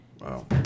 Wow